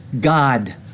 God